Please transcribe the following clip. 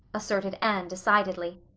asserted anne decidedly.